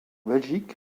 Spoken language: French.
belgique